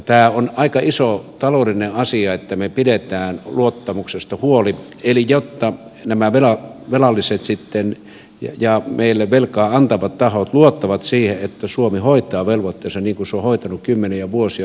tämä on aika iso taloudellinen asia että me pidämme luottamuksesta huolta eli että nämä velalliset ja meille velkaa antavat tahot luottavat siihen että suomi hoitaa velvoitteensa niin kuin se on hoitanut kymmeniä vuosia sotakorvauksia myöten